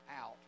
out